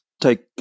take